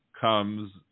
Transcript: comes